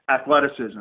athleticism